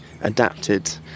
adapted